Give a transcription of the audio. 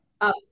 up